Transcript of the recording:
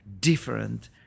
different